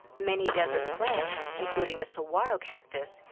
many desert plants, including the saguaro cactus,